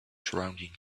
surrounding